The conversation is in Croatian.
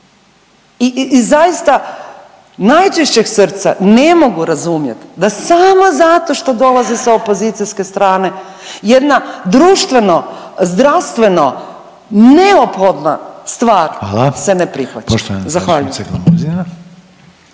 I zaista najčišćeg srca, ne mogu razumjeti da samo zato što dolazi sa opozicijske strane, jedna društveno, zdravstveno neophodna stvar se .../Upadica: Hvala./...